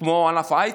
כמו ענף ההייטק,